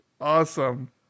Awesome